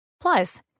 Plus